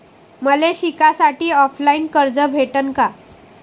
मले शिकासाठी ऑफलाईन कर्ज भेटन का?